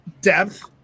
depth